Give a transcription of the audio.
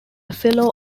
fellow